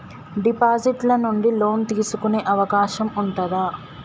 Deposit ల నుండి loan తీసుకునే అవకాశం ఉంటదా?